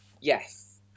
Yes